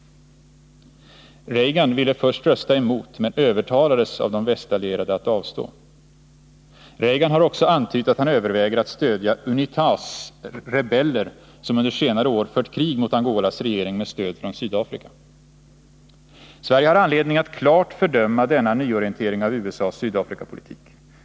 USA ville först rösta emot, men övertalades av de västallierade att avstå. Reagan har också antytt att han överväger att stödja UNITA:s rebeller, som under senare år fört krig mot Angolas regering med stöd från Sydafrika. Sverige har anledning att klart fördöma denna nyorientering av USA:s Sydafrikapolitik.